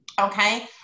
okay